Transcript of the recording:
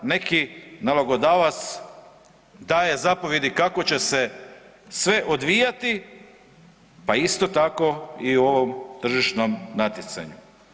Neki nalogodavac daje zapovjedi kako će se sve odvijati, pa isto tako i u ovom tržišnom natjecanju.